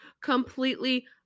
completely